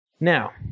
Now